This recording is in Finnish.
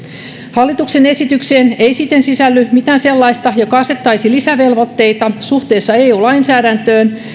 hallituksen esitykseen ei siten sisälly mitään sellaista joka asettaisi lisävelvoitteita suhteessa eu lainsäädäntöön